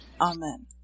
Amen